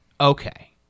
okay